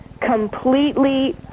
completely